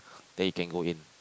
then you can go in